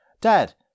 Dad